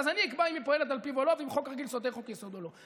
אז אני אקבע אם היא פועלת על פיו ואם חוק רגיל סותר חוק-יסוד או לא.